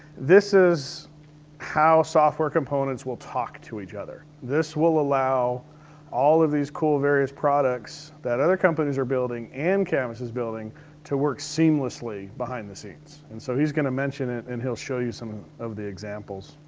this is how software components will talk to each other this will allow all of these cool various products that other companies are building and canvas is building to work seamlessly behind the scenes. and so he's gonna mention it, and he'll show you some of the examples.